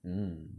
mm